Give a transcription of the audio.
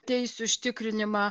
teisių užtikrinimą